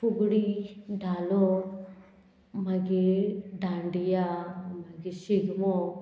फुगडी धालो मागीर दांडिया मागीर शिगमो